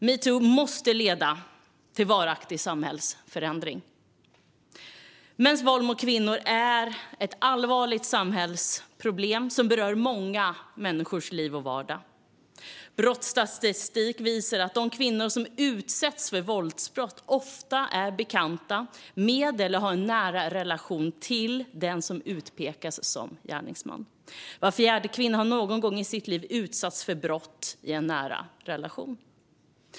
Metoo måste leda till varaktig samhällsförändring. Mäns våld mot kvinnor är ett allvarligt samhällsproblem som berör många människors liv och vardag. Brottsstatistik visar att de kvinnor som utsätts för våldsbrott ofta är bekanta med eller har en nära relation till den som utpekas som gärningsman. Var fjärde kvinna har någon gång i sitt liv utsatts för brott i en nära relation.